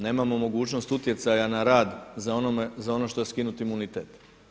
Nemamo mogućnost utjecaja na rad za ono što je skinut imunitet.